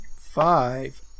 five